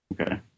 Okay